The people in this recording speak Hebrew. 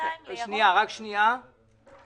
שני גורמים